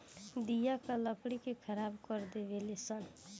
दियाका लकड़ी के खराब कर देवे ले सन